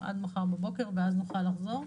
עד מחר בבוקר ואז נוכל לחזור.